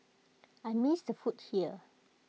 I miss the food here